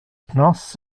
nos